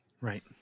Right